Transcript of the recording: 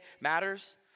matters